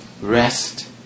rest